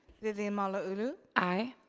vivian malauulu? aye.